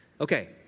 Okay